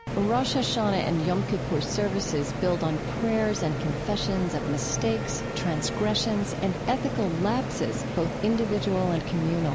rosh hashanah and yom kippur services build on prayers and confessions of mistakes, transgressions, and ethical lapses, both individual and communal